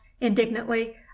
indignantly